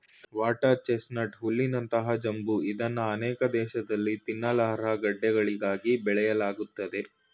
water chestnut ಹುಲ್ಲಿನಂತ ಜಂಬು ಇದ್ನ ಅನೇಕ ದೇಶ್ದಲ್ಲಿ ತಿನ್ನಲರ್ಹ ಗಡ್ಡೆಗಳಿಗಾಗಿ ಬೆಳೆಯಲಾಗ್ತದೆ